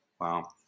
Wow